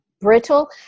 brittle